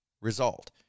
result